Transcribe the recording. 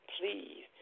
please